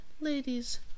Ladies